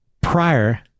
prior